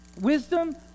Wisdom